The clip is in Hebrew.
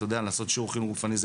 לעשות שיעור חינוך גופני,